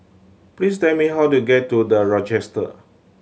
please tell me how to get to The Rochester